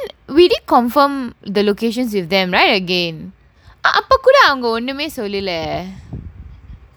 confirm the locations with them right they அப்ப கூட அவங்க ஒண்ணுமே சொல்லல:appe kooda avanga onnumae sollala